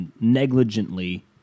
negligently